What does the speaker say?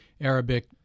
Arabic